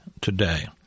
today